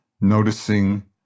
noticing